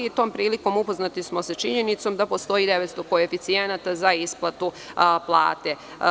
Tom prilikom upoznati smo sa činjenicom da postoji 900 koeficijenata za isplatu plate.